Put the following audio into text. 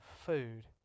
food